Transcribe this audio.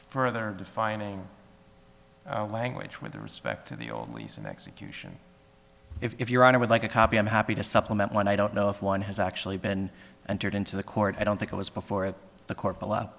further defining language with respect to the old lease and execution if your honor would like a copy i'm happy to supplement when i don't know if one has actually been entered into the court i don't think it was before at the court below